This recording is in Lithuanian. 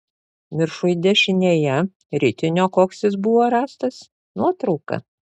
viršuj dešinėje ritinio koks jis buvo rastas nuotrauka